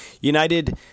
United